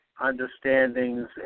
understandings